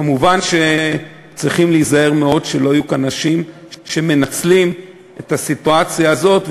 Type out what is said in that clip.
כמובן שצריכים להיזהר מאוד שלא יהיו אנשים שינצלו את הסיטואציה הזאת,